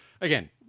Again